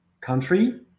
country